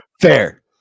fair